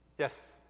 Yes